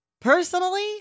personally